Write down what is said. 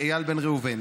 איל בן ראובן,